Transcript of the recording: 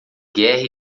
guerra